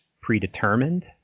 predetermined